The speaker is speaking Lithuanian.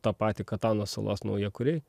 tą patį katano salos naujakuriai